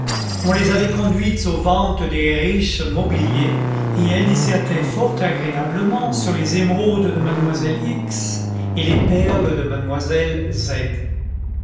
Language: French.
on les avait conduites aux ventes des riches mobiliers et elles dissertaient fort agréablement sur les émeraudes de mademoiselle x et les perles de mademoiselle